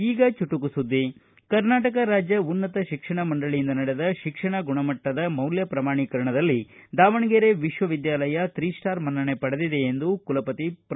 ಈಗ ಚುಟುಕು ಸುದ್ದಿ ಕರ್ನಾಟಕ ರಾಜ್ಯ ಉನ್ನತ ಶಿಕ್ಷಣ ಮಂಡಳಿಯಿಂದ ನಡೆದ ಶಿಕ್ಷಣ ಗುಣಮಟ್ಟದ ಮೌಲ್ಯ ಪ್ರಮಾಣೀಕರಣದಲ್ಲಿ ದಾವಣಗೆರೆ ವಿಶ್ವವಿದ್ಯಾಲಯ ತ್ರೀ ಸ್ಟಾರ್ ಮನ್ನಣೆ ಪಡೆದಿದೆ ಎಂದು ವಿಶ್ವವಿದ್ಯಾಲಯದ ಕುಲಪತಿ ಪ್ರೊ